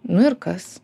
nu ir kas